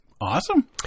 Awesome